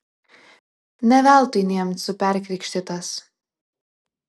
ne veltui niemcu perkrikštytas